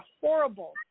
horrible